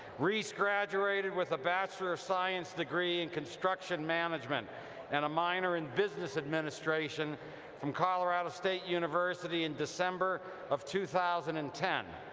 reese graduated with a bachelor of science degree in construction management and a minor in business administration from colorado state university in december of two thousand and ten.